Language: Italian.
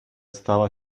stava